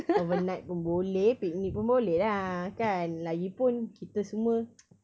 overnight pun boleh picnic pun boleh lah kan lagipun kita semua